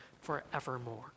forevermore